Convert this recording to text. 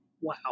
Wow